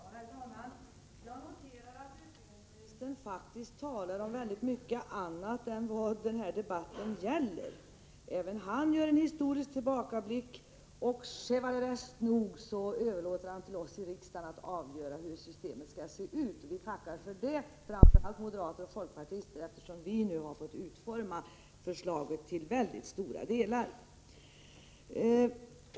Herr talman! Jag noterar att utbildningsministern faktiskt talar om väldigt mycket annat än det denna debatt gäller. Även han gör en historiskt tillbakablick, och chevalereskt nog överlåter han till oss i riksdagen att avgöra hur systemet skall se ut. Vi— framför allt moderater och folkpartister — tackar för det, eftersom vi nu har fått utforma förslaget till mycket stora delar.